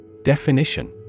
Definition